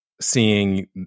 seeing